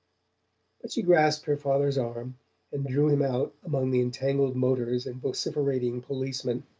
but she grasped her father's arm and drew him out among the entangled motors and vociferating policemen.